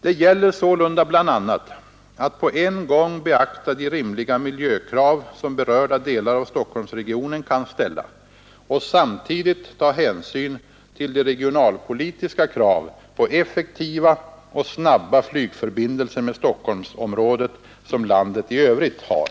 Det gäller sålunda bl.a. att på en gång beakta de rimliga miljökrav som berörda delar av Stockholmsregionen kan ställa och samtidigt ta hänsyn till de regionalpolitiska krav på effektiva och snabba flygförbindelser med Stockholmsområdet som landet i övrigt har.